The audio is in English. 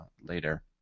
later